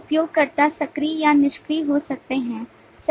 तब उपयोगकर्ता सक्रिय या निष्क्रिय हो सकते थे